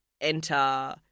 enter